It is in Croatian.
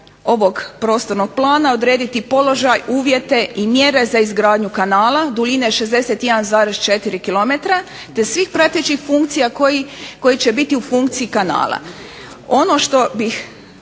ovog prostornog plana odrediti položaj, uvjete i mjere za izgradnju kanala, duljine 61,4 km te svih pratećih funkcija koji će biti u funkciji kanala. Ono što bih